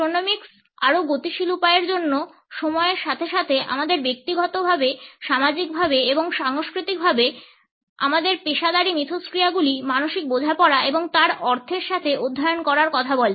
ক্রোনমিক্স আরও গতিশীল উপায়ের জন্য সময়ের সাথে সাথে আমাদের ব্যক্তিগতভাবে সামাজিকভাবে এবং সাংস্কৃতিকভাবে আমাদের পেশাদারী মিথস্ক্রিয়াগুলি মানসিক বোঝাপড়া এবং তার অর্থের সাথে অধ্যয়ন করার কথা বলে